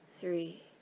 three